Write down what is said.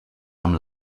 amb